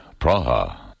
Praha